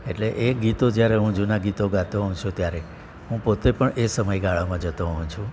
એટલે એ ગીતો જ્યારે હું જૂના ગીતો ગાતો હોવ છું ત્યારે હું પોતે પણ એ સમયગાળમાં જતો હોવ છું